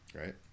Right